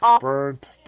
Burnt